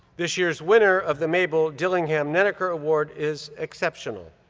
this year's winner of the mabel dillingham nenneker award is exceptional.